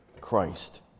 Christ